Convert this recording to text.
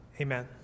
Amen